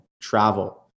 travel